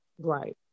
right